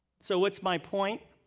so what's my point?